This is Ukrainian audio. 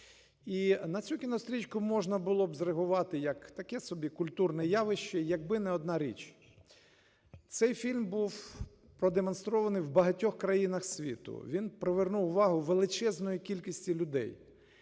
І на цю кінострічку можна було б зреагувати як таке собі культурне явище, якби не одна річ. Цей фільм був продемонстрований в багатьох країнах світу, він привернув увагу величезної кількості людей.